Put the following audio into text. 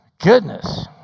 goodness